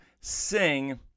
sing